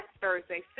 Thursday